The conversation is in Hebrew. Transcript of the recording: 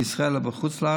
בישראל או בחו"ל,